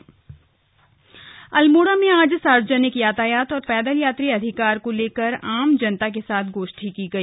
गोष्ठी अल्मोडा अल्मोड़ा में आज सार्वजनिक यातायात और पैदल यात्री अधिकार को लेकर आम जनता के साथ गोष्ठी की गई